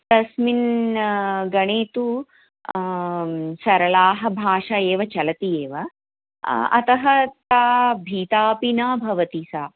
तस्मिन् गणे तु सरलाः भाषा एव चलति एव अतः साा भीतापि न भवति सा